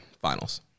finals